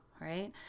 right